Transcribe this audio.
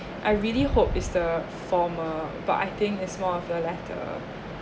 I really hope it's the formal but I think it's more of a latter